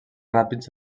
ràpids